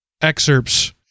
Excerpts